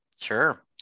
Sure